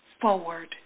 forward